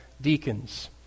deacons